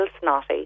snotty